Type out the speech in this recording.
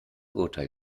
urteil